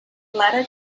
letter